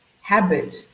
habit